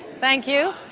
thank you.